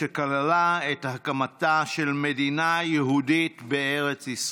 שכללה את הקמתה של מדינה יהודית בארץ ישראל.